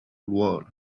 wall